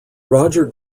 roger